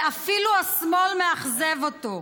ואפילו השמאל מאכזב אותו.